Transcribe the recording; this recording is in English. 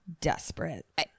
desperate